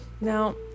now